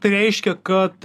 tai reiškia kad